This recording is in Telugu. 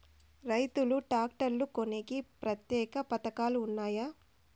రైతులు ట్రాక్టర్లు కొనేకి ప్రత్యేక పథకాలు ఉన్నాయా?